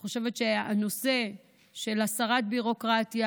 אני חושבת שהנושא של הסרת ביורוקרטיה,